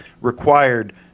required